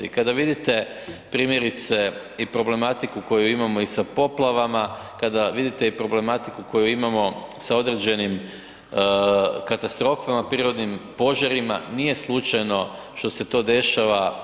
I kada vidite primjerice i problematiku koju imamo i sa poplavama, kada vidite i problematiku koju imamo sa određenim katastrofama prirodnim, požarima, nije slučajno što se to dešava.